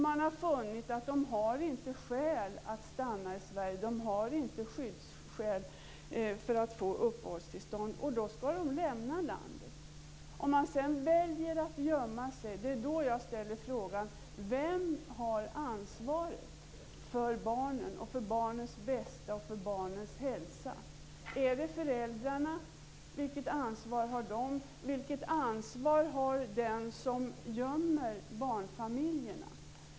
Man har funnit att de inte har skäl att stanna i Sverige. De har inte skyddsskäl för att få uppehållstillstånd. Därför skall de lämna landet. Om de sedan väljer att gömma sig ställer jag frågan: Vem har ansvaret för barnen, för barnens bästa och för barnens hälsa? Är det föräldrarna? Vilket ansvar har de? Vilket ansvar har de som gömmer barnfamiljerna?